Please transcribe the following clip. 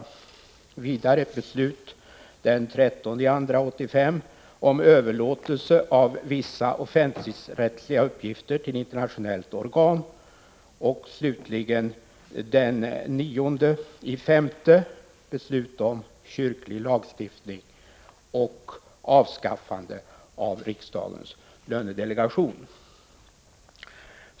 Vidare avser de vilande förslagen beslut den 13 februari 1985 om överlåtelse av vissa offentligrättsliga uppgifter till internationella organ, och slutligen beslut den 9 maj 1985 om kyrklig lagstiftning och avskaffande av riksdagens lönedelegation.